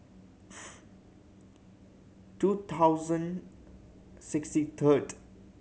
two thousand sixty third